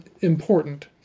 important